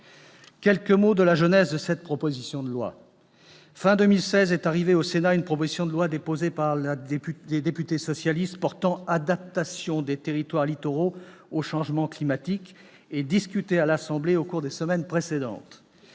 Quelques mots de la genèse de cette proposition de loi : à la fin de 2016 est parvenue au Sénat une proposition de loi déposée par des députés socialistes portant adaptation des territoires littoraux au changement climatique et discutée à l'Assemblée au cours des semaines précédentes.